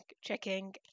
checking